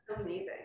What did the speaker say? amazing